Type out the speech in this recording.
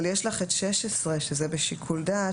אבל יש לך את 16 שזה בשיקול דעת,